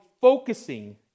focusing